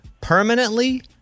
permanently